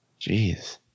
jeez